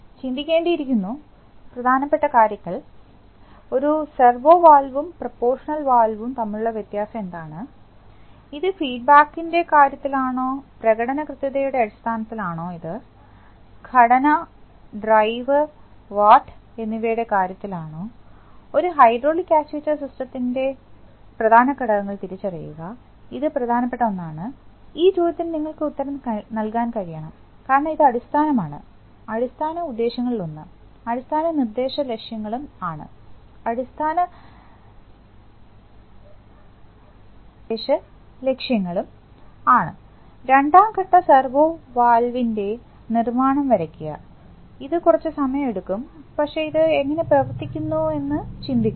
അതെ ചിന്തിക്കേണ്ടിയിരിക്കുന്നു പ്രധാനപ്പെട്ട കാര്യങ്ങൾ ഒരു സെർവോ വാൽവും പ്രപോർഷനൽ വാൽവും തമ്മിലുള്ള വ്യത്യാസം എന്താണ് ഇത് ഫീഡ്ബാക്കിന്റെ കാര്യത്തിലാണോ പ്രകടന കൃത്യതയുടെ അടിസ്ഥാനത്തിലാണോ ഇത് ഘടന ഡ്രൈവ് വാട്ട് എന്നിവയുടെ കാര്യത്തിലാണോ ഒരു ഹൈഡ്രോളിക് ആചുവേറ്റ്ർ സിസ്റ്റത്തിന്റെ പ്രധാന ഘടകങ്ങൾ തിരിച്ചറിയുക ഇത് പ്രധാനപ്പെട്ട ഒന്നാണ് ഈ ചോദ്യത്തിന് നിങ്ങൾക്ക് ഉത്തരം നൽകാൻ കഴിയണം കാരണം ഇത് അടിസ്ഥാനമാണ് അടിസ്ഥാന ഉദ്ദേശ്യങ്ങളിലൊന്ന് അടിസ്ഥാന നിർദ്ദേശ ലക്ഷ്യങ്ങളും ആണ് രണ്ടാം ഘട്ട സെർവോ വാൽവിന്റെ നിർമ്മാണം വരയ്ക്കുക ഇത് കുറച്ച് സമയമെടുക്കും പക്ഷേ ഇത് എങ്ങനെ പ്രവർത്തിക്കുന്നുവെന്ന് ചിന്തിക്കുക